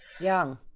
Young